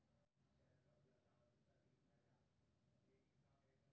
budget मे भारत सरकार के अनुमानित आय आ व्यय के ब्यौरा रहै छै